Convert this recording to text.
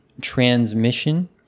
Transmission